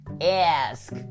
ask